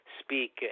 speak